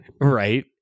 Right